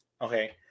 Okay